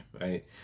Right